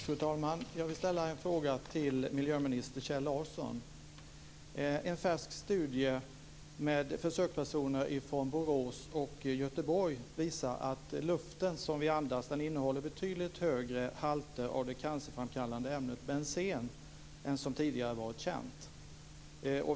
Fru talman! Jag vill ställa en fråga till miljöminister Kjell Larsson. En färsk studie med försökspersoner från Borås och Göteborg visar att luften som vi andas innehåller betydligt högre halter av det cancerframkallande ämnet bensen än som tidigare har varit känt.